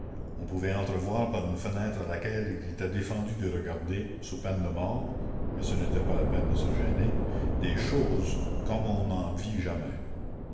on pouvait entrevoir par une fenêtre à laquelle il était la commune défendu de regarder sous peine de mort mais ce n'était pas la peine de se gêner des choses comme on n'en vit jamais